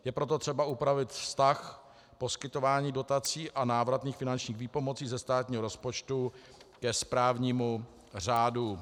Je proto třeba upravit vztah poskytování dotací a návratných finančních výpomocí ze státního rozpočtu ke správnímu řádu.